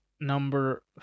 number